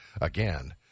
again